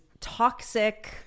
toxic